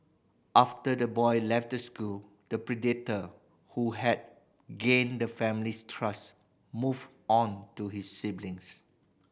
after the boy left the school the predator who had gained the family's trust moved on to his siblings